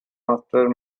after